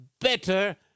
better